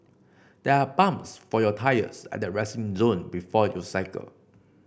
there are pumps for your tyres at the resting zone before you cycle